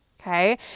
Okay